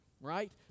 right